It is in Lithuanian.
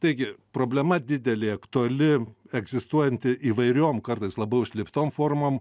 taigi problema didelė aktuali egzistuojanti įvairiom kartais labai užslėptom formom